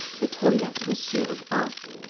the toilet was sealed off.